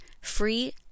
free